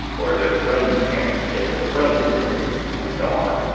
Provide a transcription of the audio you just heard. or their friends' parents get their friends the things and so on.